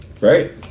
right